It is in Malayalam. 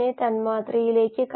അത് താല്പര്യജനകമാണ്